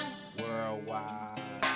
Worldwide